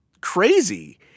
crazy